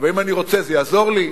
ואם אני רוצה, זה יעזור לי?